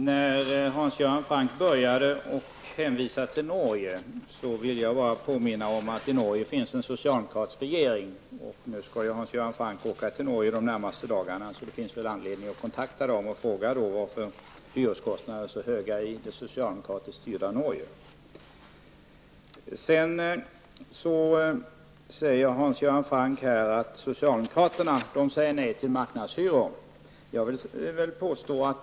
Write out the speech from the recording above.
Herr talman! Eftersom Hans Göran Franck hänvisade till förhållandena i Norge, vill jag bara påminna om att Norge har en socialdemokratisk regering. Hans Göran Franck skall åka till Norge inom de närmaste dagarna. Det finns då anledning att kontakta socialdemokraterna och ta reda på varför hyreskostnaderna är så höga i det socialdemokratiskt styrda Norge. Hans Göran Franck säger vidare att socialdemokraterna säger nej till marknadshyror.